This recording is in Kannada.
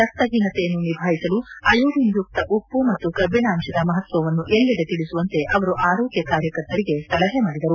ರಕ್ತಹೀನತೆಯನ್ನು ನಿಭಾಯಿಸಲು ಅಯೋಡಿನ್ಯುಕ್ತ ಉಪ್ಪು ಮತ್ತು ಕಬ್ಬಿಣಾಂಶದ ಮಪತ್ವನ್ನು ಎಲ್ಲೆಡೆ ತಿಳಿಸುವಂತೆ ಅವರು ಆರೋಗ್ಯ ಕಾರ್ಯಕರ್ತರಿಗ ಸಲಹೆ ಮಾಡಿದರು